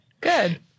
Good